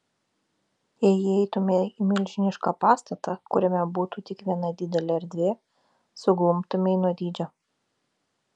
jei įeitumei į milžinišką pastatą kuriame būtų tik viena didelė erdvė suglumtumei nuo dydžio